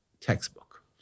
textbook